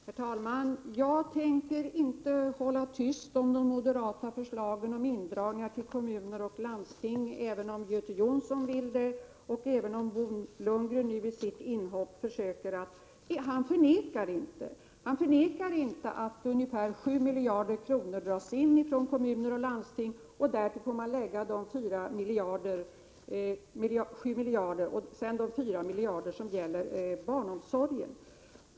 Herr talman! Jag tänker inte hålla tyst om de moderata förslagen om indragningar till kommuner och landsting även om Göte Jonsson vill det. Och Bo Lundgren ändrar inte genom sitt inhopp i debatten det förhållandet att ungefär 7 miljarder kronor dras in från kommuner och landsting. Därtill får man lägga 4 miljarder kronor som tas från barnomsorgen.